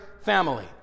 family